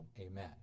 Amen